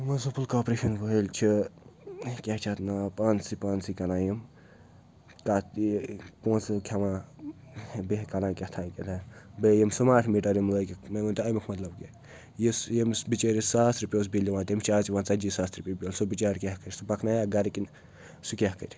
municipal corporation وٲلۍ چھِ کیٛاہ چھِ اَتھ ناو پانسٕے پانسٕے کَران یِم تَتھ پونٛسہٕ کھٮ۪وان بیٚیہِ کَران کیٛاہ تانۍ کیٛاہ تانۍ بیٚیہِ یِم سٕماٹ میٖٹَر یِم لٲگِکھ مےٚ ؤنۍتو اَمیُک مطلب کہِ یُس ییٚمِس بِچٲرِس ساس رۄپیہِ اوس بِل یِوان تٔمِس چھِ آز یِوان ژَتجی ساس رۄپیہِ بِل سُہ بِچار کیٛاہ کَرِ سُہ پَکنایکھ گَرٕ کِنہٕ سُہ کیٛاہ کَرِ